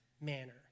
manner